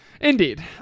Indeed